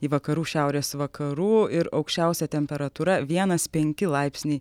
į vakarų šiaurės vakarų ir aukščiausia temperatūra vienas penki laipsniai